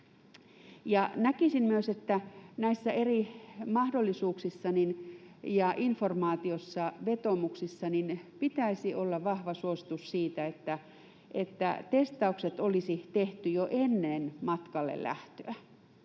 Näkisin myös, että näissä eri mahdollisuuksissa ja informaatiossa, vetoomuksissa pitäisi olla vahva suositus siitä, että testaukset olisi tehty jo ennen matkalle lähtöä,